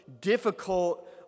difficult